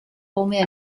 come